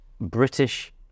British